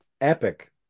epic